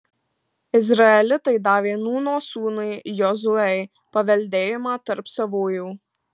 izraelitai davė nūno sūnui jozuei paveldėjimą tarp savųjų